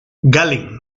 gallen